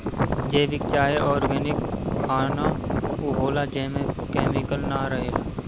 जैविक चाहे ऑर्गेनिक खाना उ होला जेमे केमिकल ना रहेला